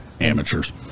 Amateurs